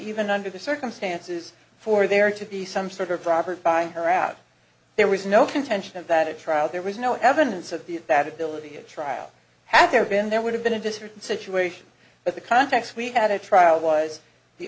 even under the circumstances for there to be some sort of robert buying her out there was no contention of that a trial there was no evidence of the that ability at trial had there been there would have been in this written situation but the contacts we had a trial was the